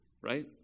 Right